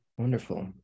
Wonderful